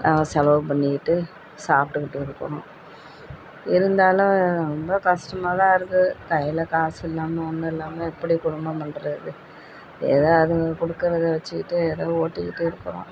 நாங்கள் செலவு பண்ணிக்கிட்டு சாப்பிட்டுக்கிட்டு இருக்கிறோம் இருந்தாலும் ரொம்ப கஷ்டமாதான் இருக்குது கையில் காசு இல்லாமல் ஒன்றும் இல்லாமல் எப்படி குடும்பம் பண்ணுறது ஏதோ அதுங்க கொடுக்குறத வச்சுக்கிட்டு ஏதோ ஓட்டிக்கிட்டு இருக்குறோம்